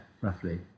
roughly